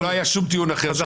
לא היה שום טיעון אחר.